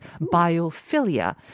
biophilia